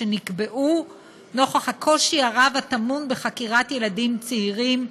שנקבעו נוכח הקושי הרב הטמון בחקירת ילדים צעירים,